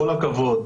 בכל הכבוד,